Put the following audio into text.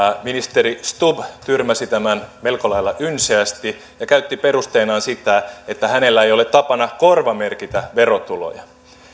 ministeri stubb tyrmäsi tämän melko lailla ynseästi ja käytti perusteenaan sitä että hänellä ei ole tapana korvamerkitä verotuloja